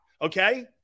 okay